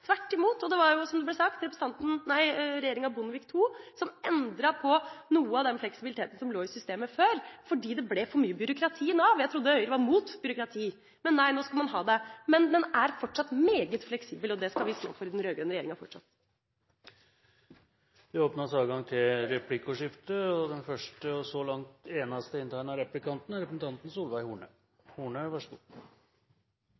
tvert imot. Det var, som det ble sagt, regjeringa Bondevik II som endret på noe av den fleksibiliteten som lå i systemet før, fordi det ble for mye byråkrati i Nav. Jeg trodde at Høyre var mot byråkrati, men nei, nå skal man ha det. Men ordninga er fortsatt meget fleksibel, og det skal vi fortsatt stå for i den rød-grønne regjeringa.